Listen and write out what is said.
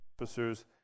officers